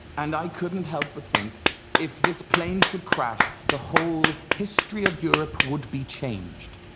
and i couldn't help but think if this plane should crash, the whole history of europe would be changed.